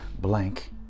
blank